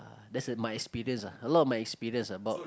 that's in my experience ah a lot of my experience about